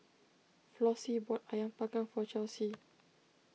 Flossie bought Ayam Panggang for Chelsey